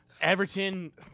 Everton